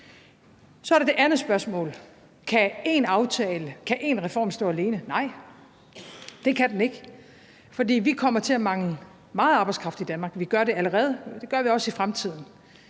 Så er der det andet spørgsmål om, hvorvidt én reform kan stå alene. Nej, det kan den ikke, for vi kommer til at mangle meget arbejdskraft i Danmark, og vi gør det allerede, og det kommer vi også til i fremtiden.